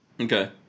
Okay